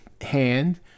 hand